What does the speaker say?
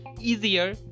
easier